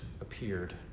appeared